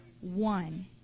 one